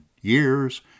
years